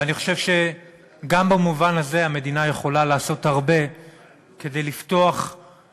ואני חושב שגם במובן הזה המדינה יכולה לעשות הרבה כדי לעזור